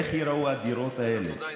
איך שייראו הדירות האלה,